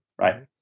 Right